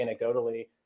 anecdotally